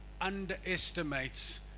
underestimates